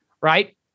Right